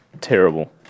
terrible